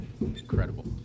Incredible